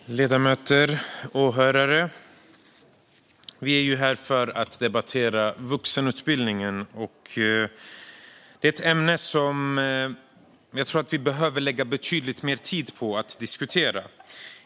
Fru talman, ledamöter och åhörare! Vi är här för att debattera vuxenutbildningen. Det är ett ämne som jag tror att vi behöver lägga betydligt mer tid på att diskutera.